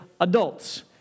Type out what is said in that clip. adults